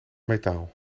metaal